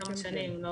כמה שנים.